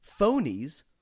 Phonies